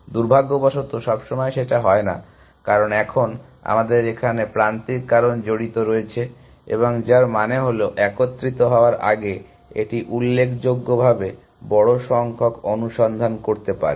দুর্ভাগ্যবশত সবসময় সেটা হয় না কারণ এখন আমাদের এখানে প্রান্তিক কারণ জড়িত রয়েছে এবং যার মানে হলো একত্রিত হওয়ার আগে এটি উল্লেখযোগ্যভাবে বড় সংখ্যক অনুসন্ধান করতে পারে